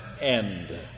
end